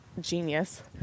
genius